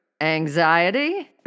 anxiety